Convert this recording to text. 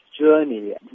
journey